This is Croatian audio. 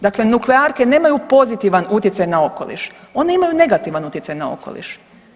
Dakle nuklearke nemaju pozitivan utjecaj na okoliš, one imaju negativan utjecaj na okoliš.